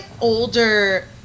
older